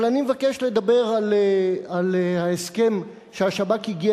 אבל אני מבקש לדבר על ההסכם שהשב"כ הגיע